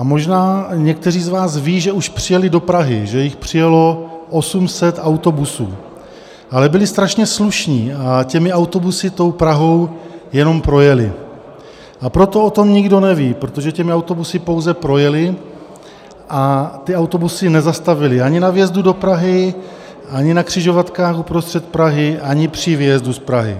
Možná někteří z vás ví, že už přijeli do Prahy, že jich přijelo 800 autobusů, ale byli strašně slušní a těmi autobusy Prahou jenom projeli, a proto o tom nikdo neví, protože těmi autobusy pouze projeli a ty autobusy nezastavili ani na vjezdu do Prahy, ani na křižovatkách uprostřed Prahy, ani při výjezdu z Prahy.